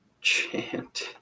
chant